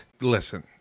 Listen